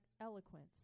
eloquence